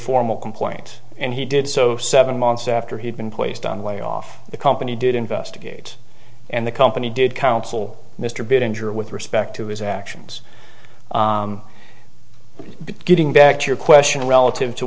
formal complaint and he did so seven months after he'd been placed on way off the company did investigate and the company did counsel mr big injure with respect to his actions but getting back to your question relative to